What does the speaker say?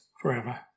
forever